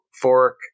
fork